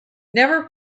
never